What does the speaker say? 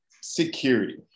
security